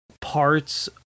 parts